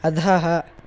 अधः